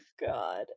God